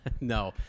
No